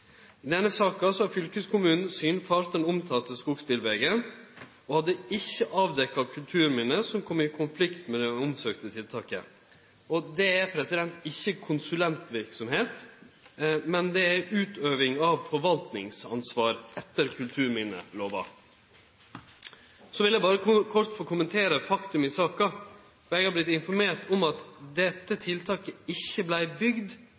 denne saka hadde fylkeskommunen synfare den omtalte skogsbilvegen og hadde ikkje avdekt kulturminne som kom i konflikt med det omsøkte tiltaket. Det er ikkje konsulentverksemd, men utøving av forvaltningsansvar etter kulturminnelova. Så vil eg berre kort få kommentere faktumet i saka. Eg har vorte informert om at dette tiltaket ikkje